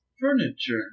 furniture